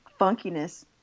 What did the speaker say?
funkiness